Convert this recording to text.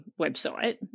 website